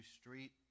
street